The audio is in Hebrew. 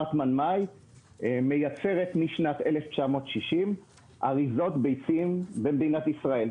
הרטמן מאי מייצרת משנת 1960 אריזות ביצים במדינת ישראל.